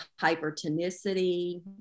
hypertonicity